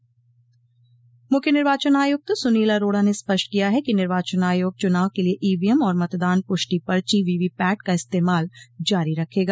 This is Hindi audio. मुख्य निर्वाचन आयुक्त सुनील अरोड़ा ने स्पष्ट किया है कि निर्वाचन आयोग चुनाव के लिए ई वी एम और मतदान पुष्टि पर्ची वी वी पैट का इस्तेमाल जारी रखेगा